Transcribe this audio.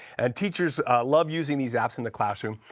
and teachers love using these apps in the classroom.